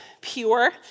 pure